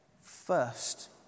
first